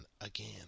again